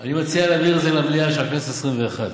אני מציע להעביר את זה למליאה של הכנסת העשרים ואחת.